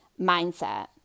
mindset